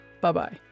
bye-bye